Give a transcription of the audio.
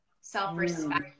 self-respect